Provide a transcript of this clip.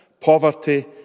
poverty